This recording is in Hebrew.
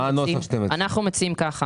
אנחנו מציעים שייאמר כך.